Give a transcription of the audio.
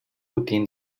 within